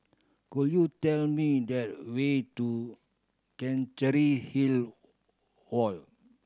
could you tell me the way to Chancery Hill Walk